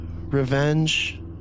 revenge